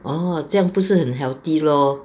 orh 这样不是很 healthy lor